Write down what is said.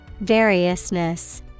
Variousness